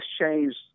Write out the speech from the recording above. changed